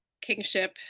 Kingship